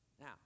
Now